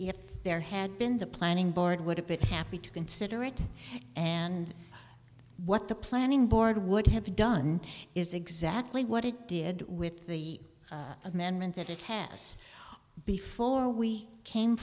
if there had been the planning board would have been happy to consider it and what the planning board would have done is exactly what it did with the amendment that it has before we came